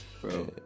Bro